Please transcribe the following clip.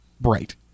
bright